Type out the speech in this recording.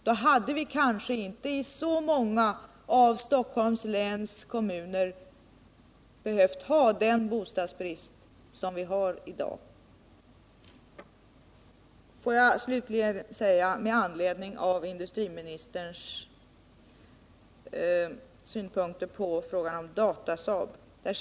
Då hade vi kanske inte behövt ha den bostadsbrist som vi har i dag i så många av Stockholms läns kommuner. Låt mig säga några ord också med anledning av industriministerns synpunkter på frågan om Datasaab.